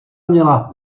měla